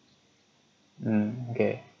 mm okay